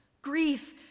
Grief